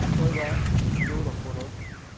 বিষয় বা বস্তুৰ ওপৰত